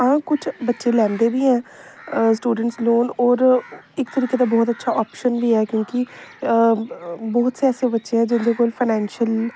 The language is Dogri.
आं कुछ बच्चे लैंदे बी हैन स्टूडेंट्स लोन होर इक तरीके दा बहोत अच्छा ऑप्शन बी ऐ क्योंकि बहोत से ऐसे बच्चे ऐ जिं'दे कोल फाइनेंशियल